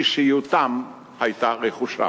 אישיותם היתה רכושם.